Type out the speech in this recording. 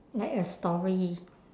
like a story